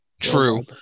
true